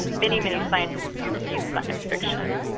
many, many scientists do read science fiction,